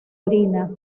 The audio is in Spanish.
orina